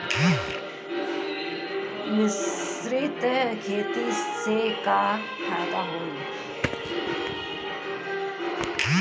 मिश्रित खेती से का फायदा होई?